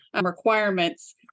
requirements